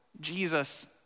Jesus